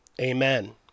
amen